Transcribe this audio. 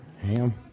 Ham